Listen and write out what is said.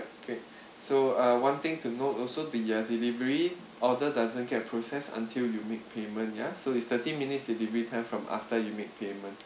okay so uh one thing to note also the uh delivery order doesn't get processed until you make payment ya so is thirty minutes the delivery time from after you make payment